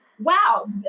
Wow